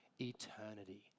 eternity